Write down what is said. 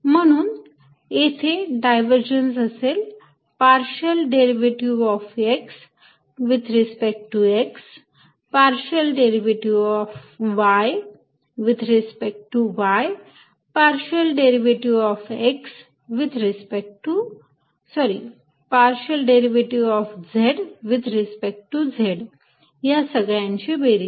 म्हणून येथे डायव्हर्जन्स असेल partial derivative of x with respect to x partial derivative of y with respect to y partial derivative of z with respect to z या सगळ्याची बेरीज